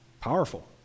Powerful